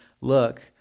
look